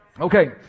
Okay